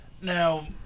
Now